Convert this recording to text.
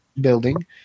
building